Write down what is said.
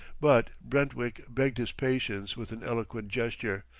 but brentwick begged his patience with an eloquent gesture.